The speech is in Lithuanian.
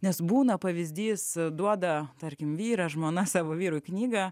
nes būna pavyzdys duoda tarkim vyras žmona savo vyrui knygą